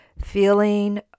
feeling